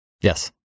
Yes